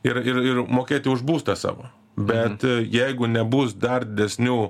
ir ir ir mokėti už būstą savo bet jeigu nebus dar didesnių